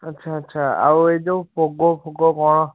ଆଚ୍ଛା ଆଚ୍ଛା ଆଉ ଏଇ ଯେଉଁ ପୋଗ ଫୋଗ କ'ଣ